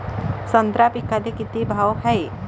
संत्रा पिकाले किती भाव हाये?